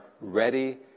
ready